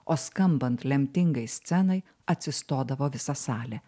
o skambant lemtingai scenai atsistodavo visa salė